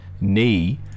Knee